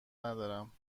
ندارم